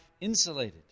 insulated